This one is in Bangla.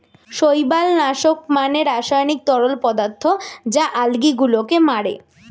শৈবাল নাশক মানে রাসায়নিক তরল পদার্থ যা আলগী গুলোকে মারে